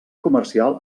comercial